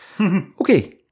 Okay